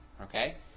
Okay